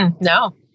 No